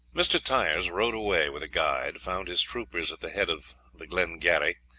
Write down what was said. mr. tyers rode away with a guide, found his troopers at the head of the glengarry,